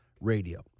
Radio